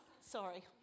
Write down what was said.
Sorry